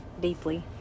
deeply